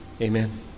amen